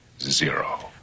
zero